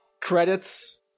Credits